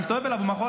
אתה צבוע.